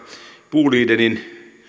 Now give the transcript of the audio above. bolidenin